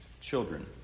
children